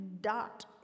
dot